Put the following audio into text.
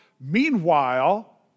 Meanwhile